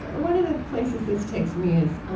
one of the places this takes me is